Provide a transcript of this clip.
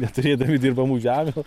neturėdami dirbamų žemių